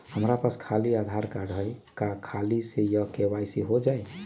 हमरा पास खाली आधार कार्ड है, का ख़ाली यही से के.वाई.सी हो जाइ?